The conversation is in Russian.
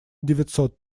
девятьсот